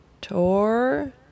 tour